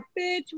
bitch